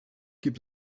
gibt